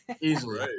Easily